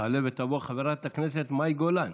תעלה ותבוא חברת הכנסת מאי גולן.